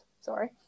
sorry